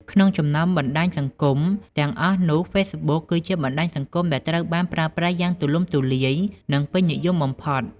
ក្នុងចំណោមបណ្ដាញសង្គមទាំងអស់នោះ Facebook គឺជាបណ្ដាញសង្គមដែលត្រូវបានប្រើប្រាស់យ៉ាងទូលំទូលាយ និងពេញនិយមបំផុត។